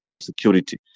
security